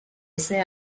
ese